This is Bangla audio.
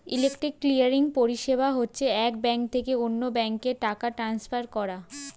ইলেকট্রনিক ক্লিয়ারিং পরিষেবা হচ্ছে এক ব্যাঙ্ক থেকে অন্য ব্যাঙ্কে টাকা ট্রান্সফার করা